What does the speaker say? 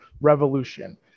revolution